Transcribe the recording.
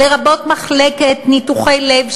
לרבות מחלקת ניתוחי לב,